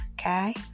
Okay